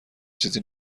چیزی